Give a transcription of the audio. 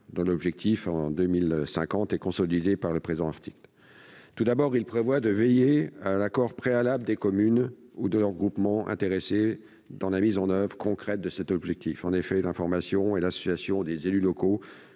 dont l'objectif, en 2050, est consolidé par le présent article. Tout d'abord, nous prévoyons de veiller à l'accord préalable des communes ou de leurs groupements intéressés dans la mise en oeuvre concrète de cet objectif. En effet, l'information et l'association des élus locaux